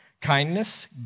kindness